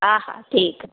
हा हा ठीकु आहे